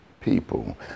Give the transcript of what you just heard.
people